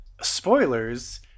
spoilers